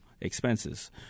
expenses